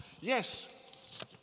Yes